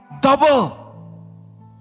double